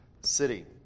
city